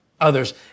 others